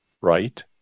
right